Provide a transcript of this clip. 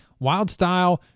Wildstyle